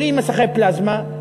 בלי מסכי פלזמה,